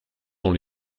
dans